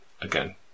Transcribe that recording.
again